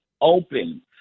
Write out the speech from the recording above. open